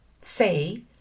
say